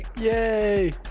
Yay